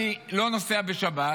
אני לא נוסע בשבת,